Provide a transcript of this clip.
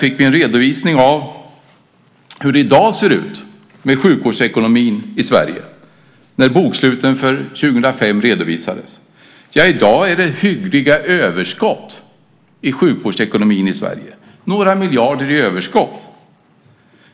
För några månader sedan när boksluten för 2005 redovisades fick vi reda på hur det ser ut i dag med sjukvårdsekonomin i Sverige. I dag är det hyggliga överskott i sjukvårdsekonomin i Sverige. Det är några miljarder i överskott.